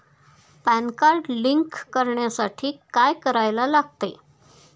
Pan card link करण्यासाठी काय करायला लागते?